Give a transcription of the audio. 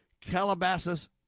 Calabasas